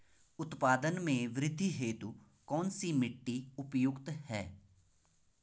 उत्पादन में वृद्धि हेतु कौन सी मिट्टी उपयुक्त है?